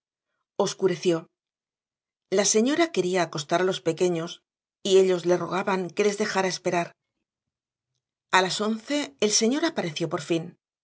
oscureció la señora quería acostar a los pequeños y ellos le rogaban que les dejara esperar a las once el señor apareció por fin